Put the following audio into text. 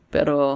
Pero